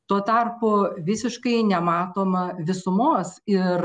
tuo tarpu visiškai nematoma visumos ir